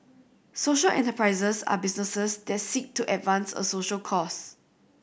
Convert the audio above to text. social enterprises are businesses that seek to advance a social cause